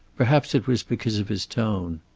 perhaps it was because of his tone.